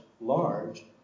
large